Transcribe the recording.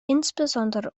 insbesondere